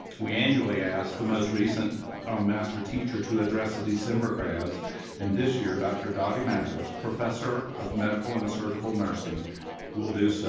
we annually ask the most recent master teacher to address the december grads and this year dr. dottie mathers, professor of medical and surgical nursing will do so